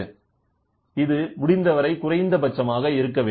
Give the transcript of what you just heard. எனவே இது முடிந்தவரை குறைந்த பட்சமாக இருக்கவேண்டும்